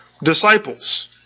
disciples